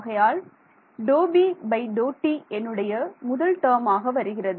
ஆகையால் ∂B∂t என்னுடைய முதல் டேர்மாக வருகிறது